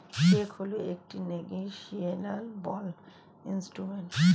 check হল একটি negotiable instrument